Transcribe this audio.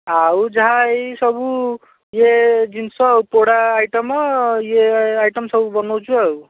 ଆଉ ଯାହା ଏଇ ସବୁ ଇଏ ଜିନିଷ ଆଉ ପୋଡ଼ା ଆଇଟମ୍ ଇଏ ଆଇଟମ୍ ସବୁ ବନଉଛୁ ଆଉ